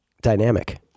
dynamic